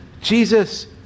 Jesus